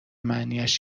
معنیاش